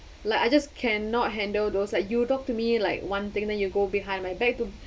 like I just can not handle those like you talk to me like one thing then you go behind my back to